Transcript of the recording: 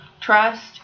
trust